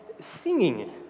singing